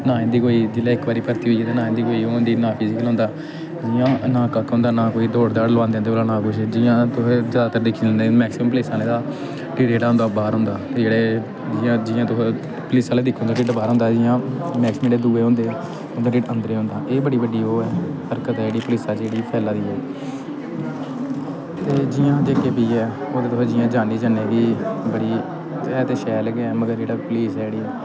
ना इं'दी कोई जिल्लै इक बारी भर्थी होई गे ते ना इं'दी कोई ओह् होंदी ते ना फिजिकल होंदा जि'यां ना कक्ख होंदा ना कोई दौड़ दाड़ लोआंदे इं'दे कोला दा ना कुछ जि'यां तुसें जैदातर दिक्खी सकनें मैक्सीमम पुलीस आह्लें दा ढिड्ढ जेह्ड़ा होंदा ओह् बाह्र होंदा ते जेह्ड़े जि'यां जि'यां तुस पुलीस आह्ले दिक्खो उं'दा ढिड्ढ बाह्र होंदा जि'यां मैक्सीमम जेह्ड़े दुए होंदे उं'दा ढिड्ढ अन्दरे गी होंदा एह् बड़ी बड्डी ओह् ऐ हरकत ऐ जेह्ड़ी पुलीसा च जेह्ड़ी फैला दी ऐ ते जि'यां जे के पी ऐ हून तुस जि'यां जान्नी जन्नें कि बड़ी ते है ते शैल गै मगर जेह्ड़ा पुलीस ऐ जेह्ड़ी